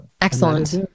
Excellent